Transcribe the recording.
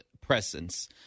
presence